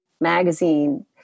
magazine